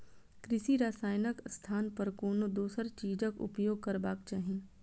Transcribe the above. कृषि रसायनक स्थान पर कोनो दोसर चीजक उपयोग करबाक चाही